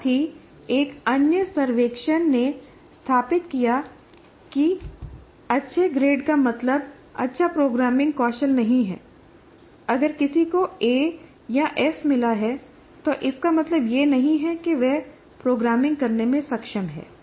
साथ ही एक अन्य सर्वेक्षण ने स्थापित किया कि अच्छे ग्रेड का मतलब अच्छा प्रोग्रामिंग कौशल नहीं है अगर किसी को ए या एस 'A' or 'S मिला है तो इसका मतलब यह नहीं है कि वह प्रोग्रामिंग करने में सक्षम है